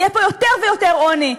יהיה פה יותר ויותר עוני,